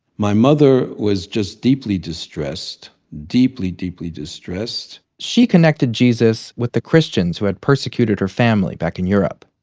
my mother was just deeply distressed. deeply, deeply distressed she connected jesus with the christians who had persecuted her family back in europe.